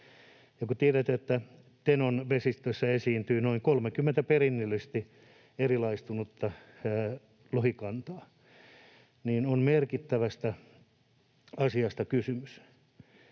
kun tiedetään, että Tenon vesistössä esiintyy noin 30 perinnöllisesti erilaistunutta lohikantaa, niin on merkittävästä asiasta kysymys.